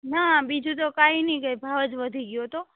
ના બીજું તો કંઈ નહીં કે ભાવ જ વધી ગયો હતો